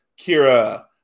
Kira